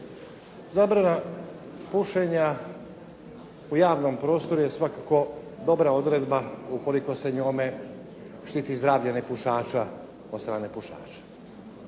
Zabrana pušenja u javnom prostoru je svakako dobra odredba ukoliko se njome štiti zdravlje nepušača od strane pušača.